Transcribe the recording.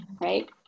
right